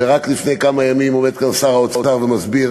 ורק לפני כמה ימים עומד כאן שר האוצר ומסביר